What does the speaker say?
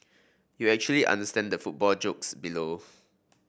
you actually understand the football jokes below